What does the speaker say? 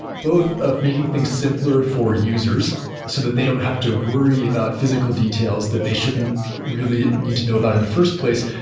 both of making things simpler for users so that they don't have to worry about physical details that they shouldn't really need to know about in the first place,